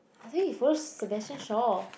I think he forwards the message shaw